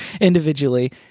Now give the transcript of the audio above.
individually